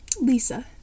Lisa